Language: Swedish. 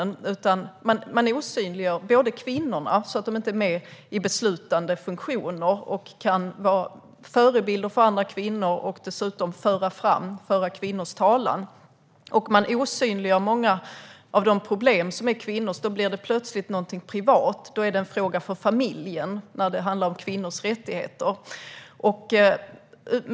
I stället osynliggör man kvinnorna så att de inte är med i beslutande funktioner och inte kan vara förebilder för andra kvinnor och dessutom inte kan föra kvinnors talan. Man osynliggör också många av de problem som är kvinnors. Då blir det plötsligt någonting privat, och då är det en fråga för familjen när det handlar om kvinnors rättigheter.